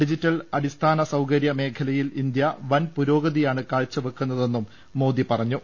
digital അടിസ്ഥാന സൌകര്യമേഖലയിൽ India വൻ പുരോഗതിയാണ് കാഴ്ചവെക്കുന്നതെന്നും മോദി പറഞ്ഞു